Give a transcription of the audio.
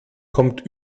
kommt